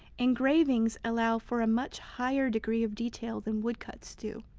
engravings allow for a much higher degree of detail than woodcuts do.